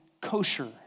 kosher